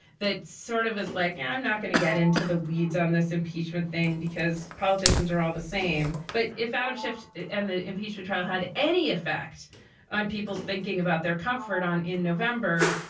that sort of is like, and i'm not going to get into the weeds on this impeachment thing because politicians are all the same. but if adam schiff and the impeachment trial had any effect on people's thinking about their comfort on in november,